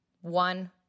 One